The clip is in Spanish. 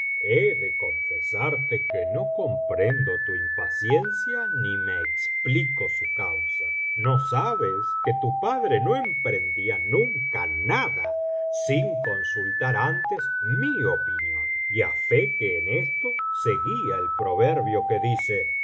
de confesarte que no comprendo tu impaciencia ni me explico su causa no sabes que tu padre no emprendía nunca nada sin consultar antes mi opinión y á fe que en esto seguía el proverbio que dice